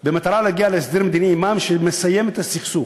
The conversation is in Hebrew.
במטרה להגיע להסדר מדיני עמם שמסיים את הסכסוך,